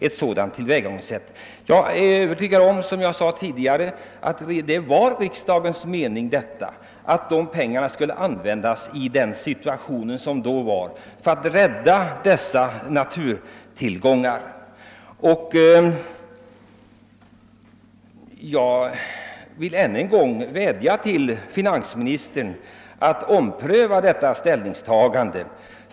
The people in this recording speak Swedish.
Jag är, som jag sade tidigare, övertygad om att det var riksdagens mening att pengarna skulle användas i den situation som då rådde för att rädda dessa naturtillgångar. Jag vill vädja till finansministern att han omprövar sitt ställningstagande.